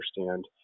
understand